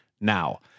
Now